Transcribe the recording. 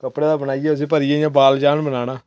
उसी भरियै इ'यां बॉल जन बनाना